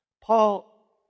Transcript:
Paul